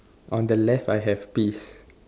on the left I have peas